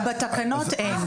גם בתקנות אין.